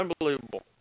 Unbelievable